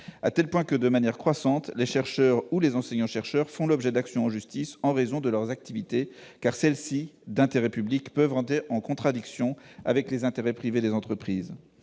au point que, de plus en plus souvent, les chercheurs ou les enseignants-chercheurs font l'objet d'actions en justice en raison de leurs activités, celles-ci, d'intérêt public, pouvant entrer en contradiction avec les intérêts privés des entreprises.